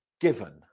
given